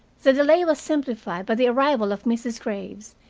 the delay was simplified by the arrival of mrs. graves,